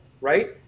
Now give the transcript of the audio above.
right